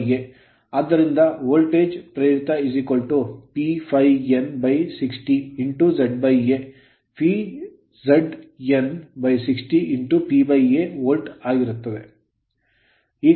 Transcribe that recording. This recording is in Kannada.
ಆದ್ದರಿಂದ ವೋಲ್ಟೇಜ್ ಪ್ರೇರಿತ P ∅ N 60 ZA ∅ Z N 60 P A volt ಆಗಿರುತ್ತದೆ